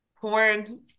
porn